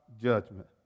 judgment